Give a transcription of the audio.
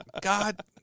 god